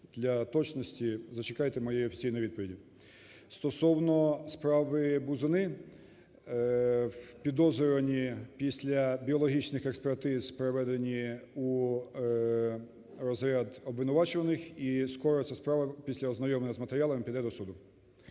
для точності зачекайте моєї офіційної відповіді. Стосовно справи Бузини. Підозрювані після біологічних експертиз переведені у розряд обвинувачуваних, і скоро ця справа після ознайомлення з матеріалами піде до суду.